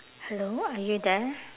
hello are you there